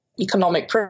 Economic